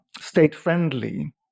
state-friendly